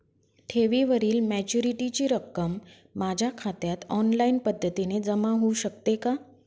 ठेवीवरील मॅच्युरिटीची रक्कम माझ्या खात्यात ऑनलाईन पद्धतीने जमा होऊ शकते का?